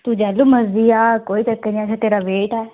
तूं जैलू मर्जी आ कोई चक्कर नि असें तेरा वेट ऐ